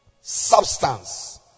Substance